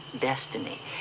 destiny